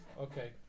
Okay